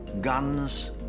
Guns